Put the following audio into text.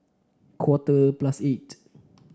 quarter plus eight